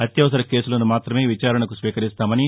అత్యవసర కేసులను మాత్రమే విచారణకు స్వీకరిస్తామని